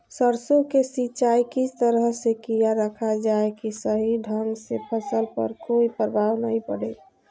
सरसों के सिंचाई किस तरह से किया रखा जाए कि सही ढंग से फसल पर कोई प्रभाव नहीं पड़े?